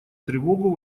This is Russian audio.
тревогу